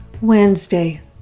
Wednesday